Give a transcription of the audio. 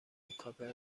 کاپر